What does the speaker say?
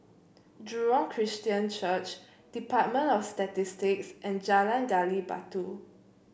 Jurong Christian Church Department of Statistics and Jalan Gali Batu